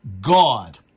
God